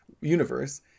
universe